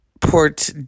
port